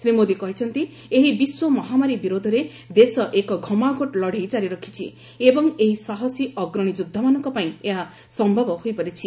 ଶ୍ରୀ ମୋଦି କହିଛନ୍ତି ଏହି ବିଶ୍ୱ ମହାମାରୀ ବିରୋଧରେ ଦେଶ ଏକ ଘମାଘୋଟ ଲଢ଼େଇ ଜାରି ରଖିଛି ଏବଂ ଏହି ସାହସୀ ଅଗ୍ରଣୀ ଯୋଦ୍ଧାମାନଙ୍କପାଇଁ ଏହା ସମ୍ଭବ ହୋଇପାରିଛି